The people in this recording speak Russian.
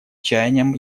чаяниям